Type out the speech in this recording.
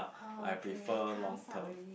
I prefer long term